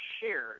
shared